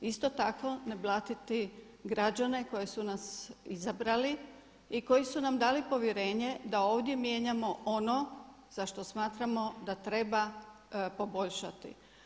Isto tako ne blatiti građane koji su nas izabrali i koji su nam dali povjerenje da ovdje mijenjamo ono za što smatramo da treba poboljšati.